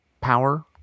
power